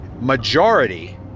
majority